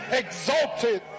exalted